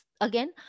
Again